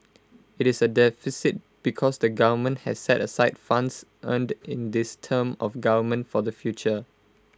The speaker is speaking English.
IT is A deficit because the government has set aside funds earned in this term of government for the future